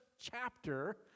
chapter